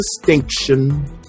distinction